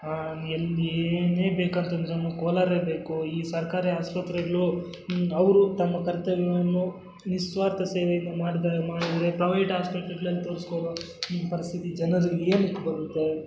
ಎಲ್ಲಿ ಏನೇ ಬೇಕಂತಂದ್ರು ಕೋಲಾರೇ ಬೇಕು ಈ ಸರ್ಕಾರಿ ಆಸ್ಪತ್ರೆಗಳು ಅವರು ತಮ್ಮ ಕರ್ತವ್ಯವನ್ನು ನಿಸ್ವಾರ್ಥ ಸೇವೆಯಿಂದ ಮಾಡ್ತಾ ಮಾಡಿದರೆ ಪ್ರೈವೇಟ್ ಆಸ್ಪತ್ರೆಗಳಲ್ಲಿ ತೋರಿಸ್ಕೊಳ್ಳೋ ಪರಿಸ್ಥಿತಿ ಜನರಿಗೆ ಏನಕ್ಕೆ ಬರುತ್ತೆ